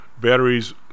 batteries